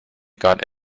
got